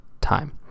time